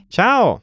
Ciao